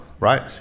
right